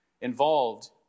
involved